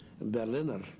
Berliner